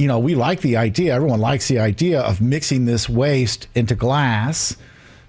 you know we like the idea everyone likes the idea of mixing this waste into glass